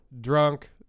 drunk